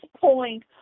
point